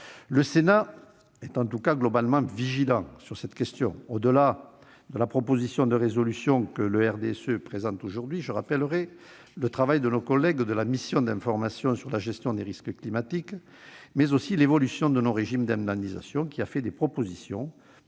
Le Sénat est globalement vigilant sur cette question. Au-delà de la proposition de résolution que le RDSE présente aujourd'hui, je rappellerai le travail de nos collègues de la mission d'information sur la gestion des risques climatiques et l'évolution de nos régimes d'indemnisation, qui a fait des propositions